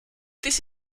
this